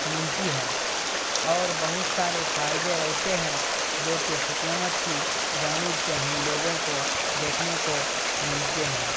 ملتی ہے اور بہت سارے فائدے ایسے ہیں جوکہ حکومت کی جانب سے ہم لوگوں کو دیکھنے کو ملتے ہیں